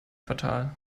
quartal